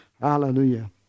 Hallelujah